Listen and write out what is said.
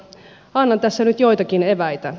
annan tässä nyt joitakin eväitä